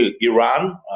Iran